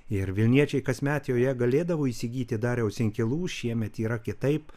ir vilniečiai kasmet joje galėdavo įsigyti dariaus inkilų šiemet yra kitaip